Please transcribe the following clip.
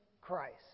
Christ